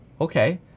Okay